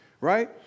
right